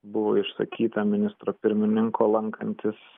buvo išsakyta ministro pirmininko lankantis